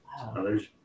Others